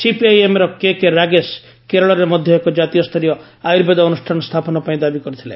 ସିପିଆଇଏମ୍ର କେକେରାଗେଶ କେରଳରେ ମଧ୍ୟ ଏକ ଜାତୀୟସ୍ତରୀୟ ଆର୍ୟୁବେଦ ଅନୁଷ୍ଠାନ ସ୍ଥାପନ ପାଇଁ ଦାବି କରିଥିଲେ